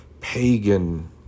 pagan